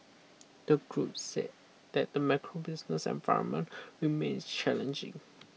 the group said that the macro business environment remains challenging